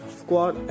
squad